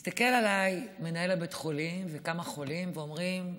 מסתכלים עליי מנהל בית החולים וכמה חולים ואומרים: